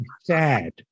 sad